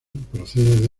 procede